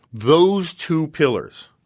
those two pillars,